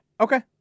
Okay